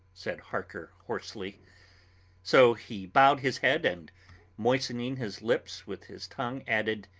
said harker hoarsely so he bowed his head and moistening his lips with his tongue, added